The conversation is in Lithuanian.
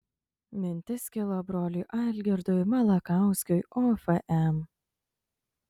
mintis kilo broliui algirdui malakauskiui ofm